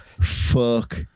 fuck